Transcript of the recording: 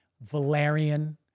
valerian